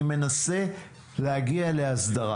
אני מנסה להגיע לאסדרה.